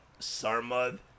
Sarmad